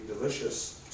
delicious